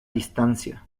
distancia